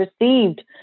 received